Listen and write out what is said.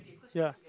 ya